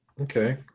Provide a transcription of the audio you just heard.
Okay